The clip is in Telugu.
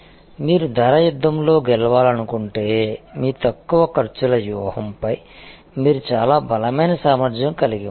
మీరు ధర యుద్ధంలో గెలవాలనుకుంటే మీ తక్కువ ఖర్చుల వ్యూహంపై మీరు చాలా బలమైన సామర్థ్యం కలిగి ఉండాలి